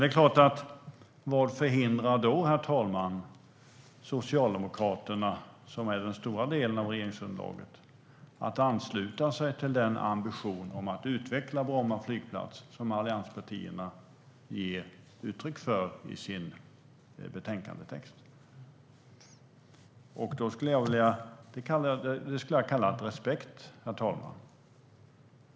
Men, herr talman, vad hindrar då Socialdemokraterna, som är den stora delen av regeringsunderlaget, att ansluta sig till den ambition att utveckla Bromma flygplats som allianspartierna ger uttryck för i sin betänkandetext? Det skulle jag kalla respekt, herr talman.